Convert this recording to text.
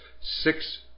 six